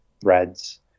threads